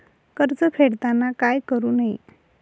कर्ज फेडताना काय करु नये?